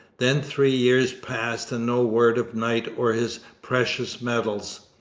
then three years passed, and no word of knight or his precious metals.